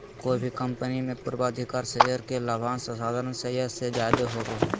कोय भी कंपनी मे पूर्वाधिकारी शेयर के लाभांश साधारण शेयर से जादे होवो हय